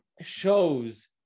shows